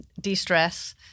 de-stress